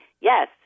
Yes